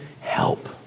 help